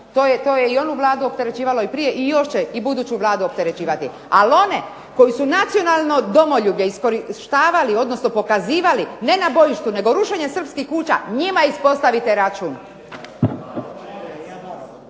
To je i onu Vladu opterećivalo i prije i još će buduću Vladu opterećivati. Ali one koje su nacionalno domoljublje iskorištavali, odnosno pokazivali ne na bojištu nego rušenjem srpskih kuća njima ispostavite račun.